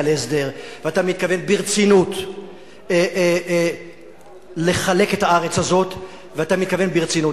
להסדר ואתה מתכוון ברצינות לחלק את הארץ הזאת ואתה מתכוון ברצינות,